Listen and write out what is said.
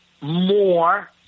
more